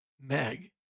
Meg